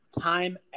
Time